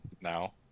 now